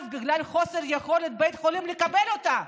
בגלל חוסר יכולת של בית חולים לקבל אותה.